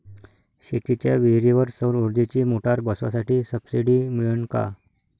शेतीच्या विहीरीवर सौर ऊर्जेची मोटार बसवासाठी सबसीडी मिळन का?